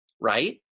right